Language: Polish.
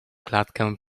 klatkę